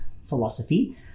philosophy